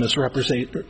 misrepresentation